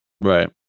Right